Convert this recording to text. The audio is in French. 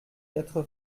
quatre